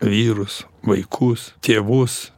vyrus vaikus tėvus